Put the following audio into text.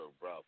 bro